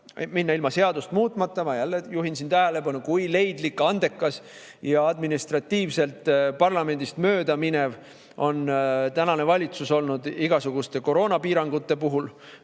minna ilma seadust muutmata – ma juhin siin tähelepanu, kui leidlik, andekas ja administratiivselt parlamendist möödaminev on tänane valitsus olnud igasuguste koroonapiirangute puhul